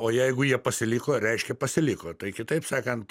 o jeigu jie pasiliko reiškia pasiliko tai kitaip sakant